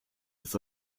des